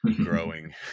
growing